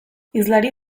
hizlari